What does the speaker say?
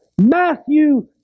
Matthew